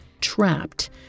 trapped